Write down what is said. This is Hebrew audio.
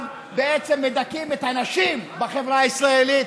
בעצם מדכאים את הנשים בחברה הישראלית,